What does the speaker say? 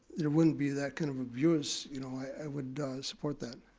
there wouldn't be that kind of abuse, you know, i would support that.